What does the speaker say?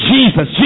Jesus